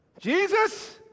Jesus